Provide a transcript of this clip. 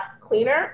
cleaner